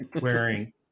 wearing